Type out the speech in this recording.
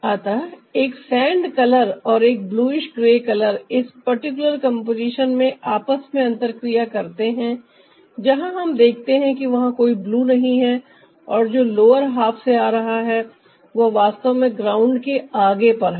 अतः एक sand colour और एक ब्लूइश ग्रे कलर इस पार्टिकुलर कंपोजिशन में आपस में अंतर क्रिया करते हैं जहां हम देखते हैं कि वहां कोई ब्लू नहीं है और जो लोअर हाफ से आ रहा है वह वास्तव में ग्राउंड के आगे पर है